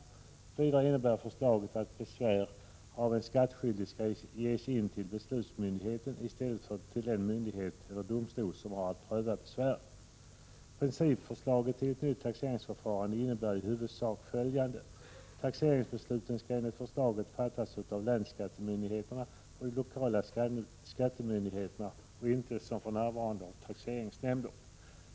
Vidare innebär förslaget att besvär av en skattskyldig skall ges in till beslutsmyndigheten i stället för till den myndighet eller domstol som har att pröva besvären. Taxeringsbesluten skall enligt förslaget fattas av länsskattemyndigheterna och de lokala skattemyndigheterna och inte som för närvarande av taxeringsnämnderna.